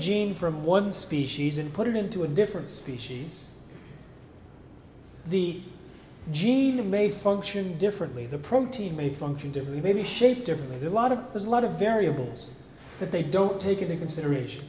gene from one species and put it into a different species the gina may function differently the protein may function differently may be shaped differently than a lot of there's a lot of variables but they don't take into consideration